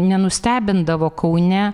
nenustebindavo kaune